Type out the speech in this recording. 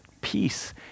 Peace